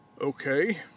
Okay